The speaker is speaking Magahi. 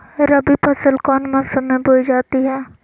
रबी फसल कौन मौसम में बोई जाती है?